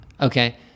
Okay